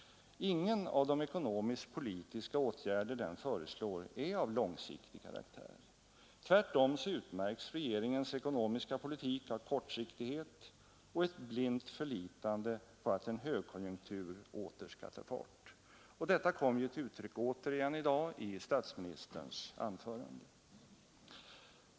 Ingen av de ekonomiskt-politiska åtgärder den föreslår är av långsiktig karaktär. Tvärtom utmärks regeringens ekonomiska politik av kortsiktighet och ett blint förlitande på att en högkonjunktur åter skall ta fart. Detta kom till uttryck återigen i dag i statsministerns anförande.